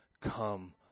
Come